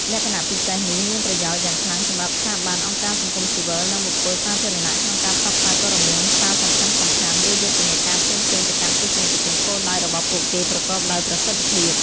លក្ខណៈពិសេសនេះមានប្រយោជន៍យ៉ាងខ្លាំងសម្រាប់ស្ថាប័ន អង្គការសង្គមស៊ីវិល និងបុគ្គលសាធារណៈក្នុងការផ្សព្វផ្សាយព័ត៌មាន សារសំខាន់ៗ ឬយុទ្ធនាការផ្សេងៗទៅកាន់ទស្សនិកជនគោលដៅរបស់ពួកគេប្រកបដោយប្រសិទ្ធភាព។